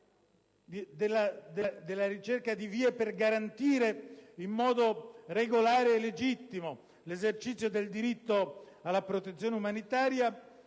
e la ricerca di soluzioni per garantire in modo regolare e legittimo l'esercizio del diritto alla protezione umanitaria)